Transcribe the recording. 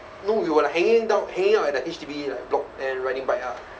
no we were like hanging down hanging out at the H_D_B like block and riding bike ah